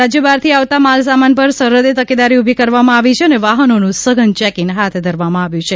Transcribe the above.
રાજ્ય બહારથી આવતા માલસામાન પર સરહદે તકેદારી ઉભી કરવામાં આવી છે અને વાહનોનું સઘન ચેકીંગ હાથ ધરવામાં આવ્યું છે